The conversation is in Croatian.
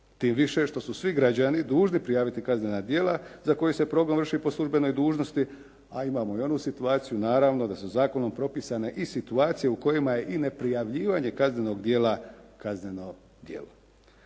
tim više što su svi građani dužni prijaviti kaznena djela za koje se progon vrši po službenoj dužnosti, a imamo i onu situaciju naravno da su zakonom propisane i situacije u kojima je i neprijavljivanje kaznenog djela kazneno djelo.